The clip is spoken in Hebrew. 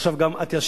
ועכשיו גם אטיאס,